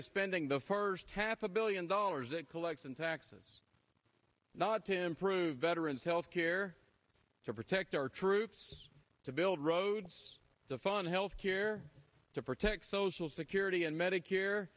is spending the first half a billion dollars it collects in taxes not to improve veterans health care to protect our troops to build roads to fund health care to protect social security and medicare